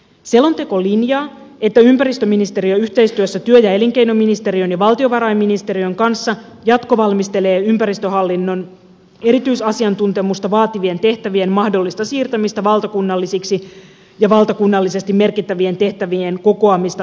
selonteko linjaa että ympäristöministeriö yhteistyössä työ ja elinkeinoministeriön ja valtiovarainministeriön kanssa jatkovalmistelee ympäristöhallinnon erityisasiantuntemusta vaativien tehtävien mahdollista siirtämistä valtakunnallisiksi ja valtakunnallisesti merkittävien tehtävien kokoamista yhteen yksikköön